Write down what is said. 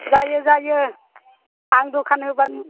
जायो जायो आं दखान होब्लानो